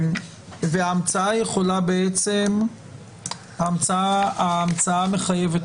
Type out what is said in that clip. מה מחייבת ההמצאה?